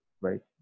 right